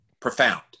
Profound